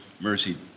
mercy